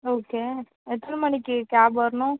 okay எத்தனை மணிக்கு cab வரணும்